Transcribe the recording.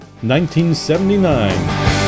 1979